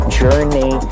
journey